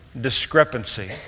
discrepancy